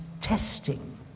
testing